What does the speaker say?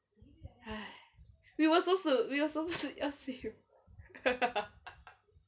!hais! we were supposed to we were supposed to err same